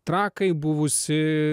trakai buvusi